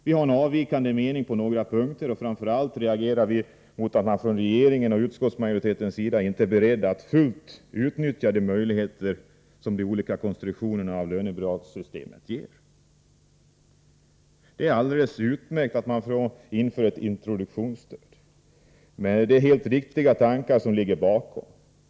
Vi har en avvikande mening på några punkter, och framför allt reagerar vi mot att man från regeringens och utskottsmajoritetens sida inte är beredda att fullt utnyttja de möjligheter som de olika konstruktionerna inom lönebidragssystemet ger. Det är alldeles utmärkt att man inför ett introduktionsstöd. Det är helt riktiga tankar som ligger bakom.